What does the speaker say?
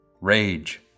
rage